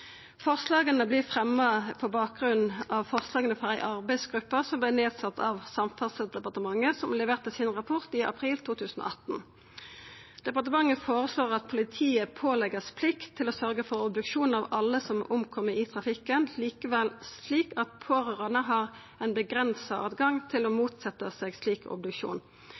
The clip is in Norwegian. Forslaga vert fremja på bakgrunn av forslaga frå ei arbeidsgruppe som vart nedsett av Samferdselsdepartementet, og som leverte rapporten sin i april 2018. Departementet føreslår at politiet vert pålagt plikt til å sørgja for obduksjon av alle omkomne i trafikken, likevel slik at pårørande har ein avgrensa rett til å motsetja seg slik obduksjon.